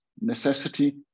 necessity